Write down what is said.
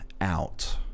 out